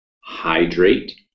hydrate